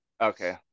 Okay